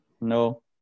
No